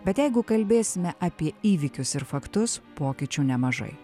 bet jeigu kalbėsime apie įvykius ir faktus pokyčių nemažai